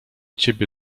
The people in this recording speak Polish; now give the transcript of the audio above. ciebie